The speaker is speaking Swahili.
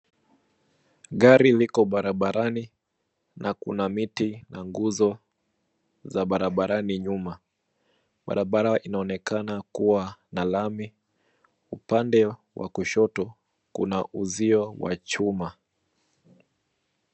Gari liko barabarani na kuna miti na nguzo za barabarani nyuma. Barabara inaonekana kuwa na lami . Pande wa kushoto kuna uzio wa chuma.